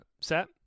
set